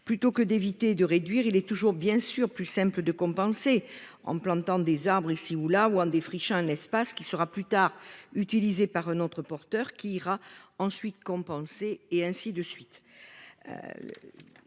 Plutôt que d'éviter ou de réduire, il est toujours plus simple de compenser en plantant des arbres ici ou là ou en défrichant un espace qui sera, plus tard, utilisé par un autre porteur, lequel compensera à son tour, et ainsi de suite